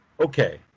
okay